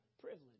privilege